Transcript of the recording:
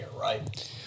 right